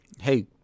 hey